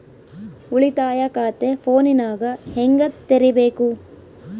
ಉಳಿತಾಯ ಖಾತೆ ಫೋನಿನಾಗ ಹೆಂಗ ತೆರಿಬೇಕು?